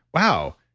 wow,